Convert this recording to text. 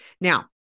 Now